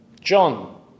John